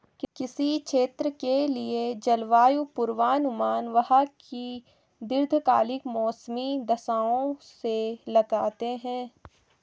किसी क्षेत्र के लिए जलवायु पूर्वानुमान वहां की दीर्घकालिक मौसमी दशाओं से लगाते हैं